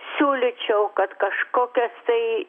siūlyčiau kad kažkokias tai